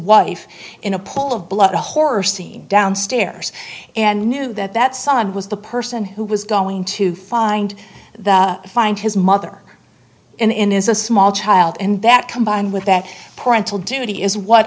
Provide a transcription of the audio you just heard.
wife in a pool of blood a horror scene downstairs and knew that that son was the person who was going to find the find his mother and in is a small child and that combined with that parental duty is what